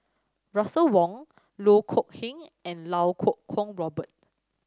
Russel Wong Loh Kok Heng and Iau Kuo Kwong Robert